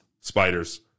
spiders